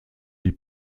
die